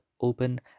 open